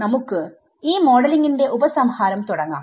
നമുക്ക് ഈ മോഡലിങ് ന്റെ ഉപസംഹാരം തുടങ്ങാം